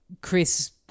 Chris